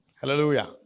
Hallelujah